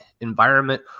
environment